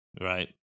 right